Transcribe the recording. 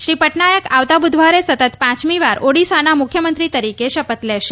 શ્રી પટનાયક આવતા બુધવારે સતત પાંચમીવાર ઓડિસાના મુખ્યમંત્રી તરીકે શપથ લેશે